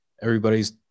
everybody's